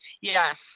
Yes